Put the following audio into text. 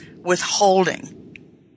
withholding